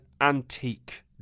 Antique